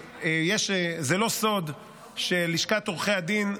זה לא סוד שלשכת עורכי הדין,